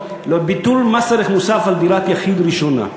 לביטול מס ערך מוסף על דירת יחיד ראשונה.